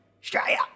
Australia